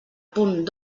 punt